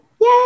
Yay